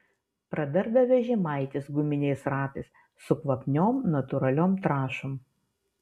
pradarda vežimaitis guminiais ratais su kvapniom natūraliom trąšom